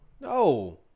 No